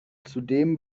zudem